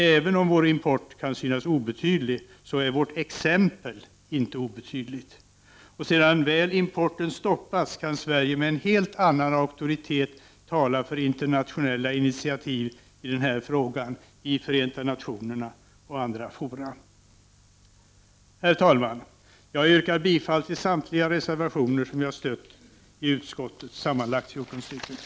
Även om vår import kan synas obetydlig, så är vårt exempel inte obetydligt. Sedan väl importen stoppats kan Sverige med en helt annan 19 auktoritet tala för internationella initiativ i den här frågan i FN och i andra fora. Herr talman! Jag yrkar bifall till samtliga reservationer som jag stött i utskottet, sammanlagt 14 stycken.